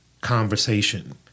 conversation